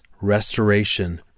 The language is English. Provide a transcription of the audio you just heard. restoration